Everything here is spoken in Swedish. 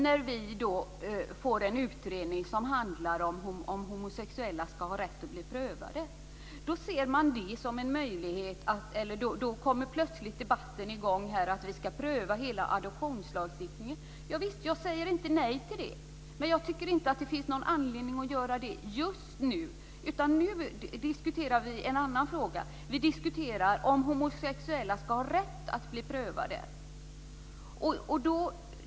När vi får en utredning som handlar om ifall homosexuella ska ha rätt att bli prövade kommer plötsligt debatten igång om att vi ska pröva hela adoptionslagstiftningen. Jag säger inte nej till det. Men jag tycker inte att det finns någon anledning att göra det just nu. Nu diskuterar vi en annan fråga. Vi diskuterar om homosexuella ska har rätt att bli prövade.